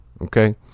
Okay